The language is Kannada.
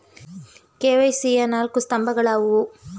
ಕೆ.ವೈ.ಸಿ ಯ ನಾಲ್ಕು ಸ್ತಂಭಗಳು ಯಾವುವು?